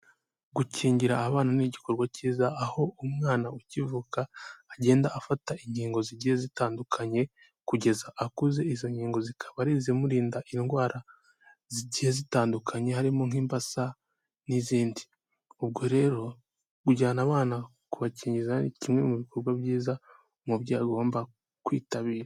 Gukingira abana ni igikorwa cyiza, aho umwana ukivuka agenda afata ingingo zigiye zitandukanye kugeza akuze. Izo nkingo zikaba ari izimurinda indwara zigiye zitandukanye, harimo nk'imbasa n'izindi ubwo rero kujyana abana kubakingiza ni kimwe mu bikorwa byiza umubyeyi agomba kwitabira.